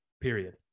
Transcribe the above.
Period